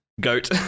Goat